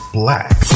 black